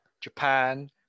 Japan